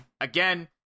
Again